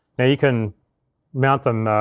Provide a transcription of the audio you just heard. now you can mount them,